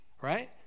right